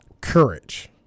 courage